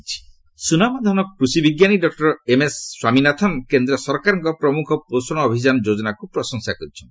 TN ପୋଷଣ ଅଭିଯାନ ସୁନାମଧନ୍ୟ କୃଷିବିଜ୍ଞାନୀ ଡକ୍କର ଏମ୍ଏସ୍ ସ୍ୱାମୀନାଥନ୍ କେନ୍ଦ୍ର ସରକାରଙ୍କ ପ୍ରମୁଖ ପୋଷଣ ଅଭିଯାନ ଯୋଜନାକୁ ପ୍ରଶଂସା କରିଛନ୍ତି